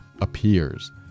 appears